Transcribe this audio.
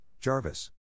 Jarvis